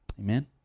Amen